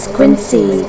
Quincy